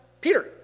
Peter